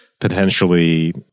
potentially